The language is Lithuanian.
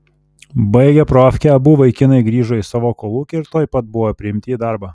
baigę profkę abu vaikinai grįžo į savo kolūkį ir tuoj pat buvo priimti į darbą